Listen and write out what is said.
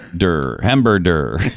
Hamburger